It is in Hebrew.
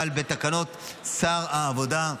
אבל בתקנות שר העבודה.